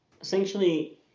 Essentially